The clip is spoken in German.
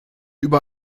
über